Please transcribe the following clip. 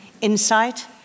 insight